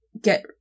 get